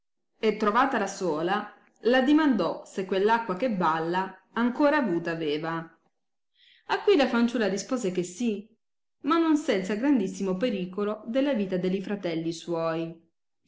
gì e trovatala sola l addimandò se queir acqua che balla ancora avuta aveva a cui la fanciulla rispose che sì ma non senza grandissimo pericolo della vita delli fratelli suoi